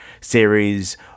series